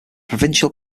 provincial